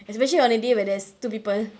especially on a day where there's two people